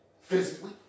Physically